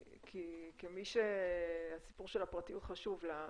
כמי שהסיפור של הפרטיות חשוב לה,